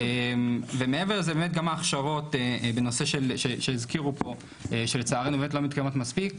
ומעבר לזה באמת גם ההכשרות בנושא שהזכירו פה שלצערנו לא מתקיימות מספיק,